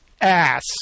ass